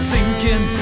Sinking